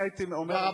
אני הייתי אומר,